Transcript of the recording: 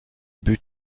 buts